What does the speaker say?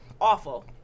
awful